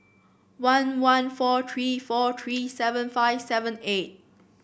one one four three four three seven five seven eight